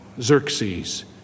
Xerxes